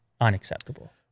unacceptable